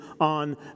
on